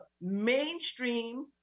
mainstream